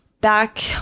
Back